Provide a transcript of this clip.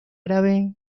árabe